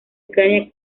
ucrania